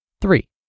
Three